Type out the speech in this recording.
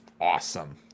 awesome